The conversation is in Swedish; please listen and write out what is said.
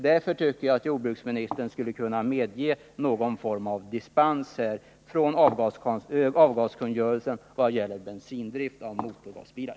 Därför skulle jordbruksministern kunna medge någon form av dispens från bilavgaskungörelsen vad gäller bensindrift av motorgasbilar.